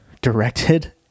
directed